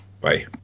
Bye